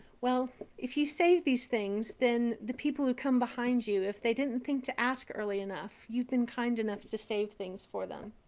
well, if you save these things, then the people who come behind you, if they didn't think to ask early enough, you've been kind enough to save things for them.